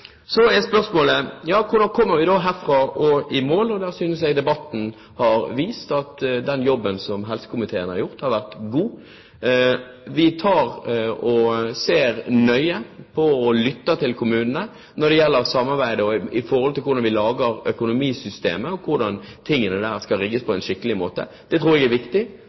spørsmålet: Hvordan kommer vi herfra og i mål? Jeg synes debatten har vist at den jobben som helsekomiteen har gjort, har vært god. Vi ser nøye på og lytter til kommunene når det gjelder samarbeid, og når det gjelder hvordan vi lager økonomisystemer, hvordan tingene der skal rigges på en skikkelig måte. Jeg tror det er viktig